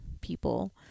people